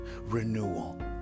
renewal